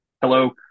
Hello